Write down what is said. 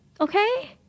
okay